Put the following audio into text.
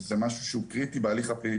זה משהו שהוא קריטי בהליך הפלילי.